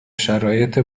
شرایط